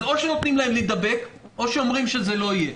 אז או שנותנים להם להידבק או שאומרים שזה לא יהיה.